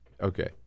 Okay